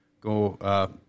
go